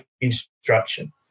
instruction